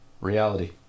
reality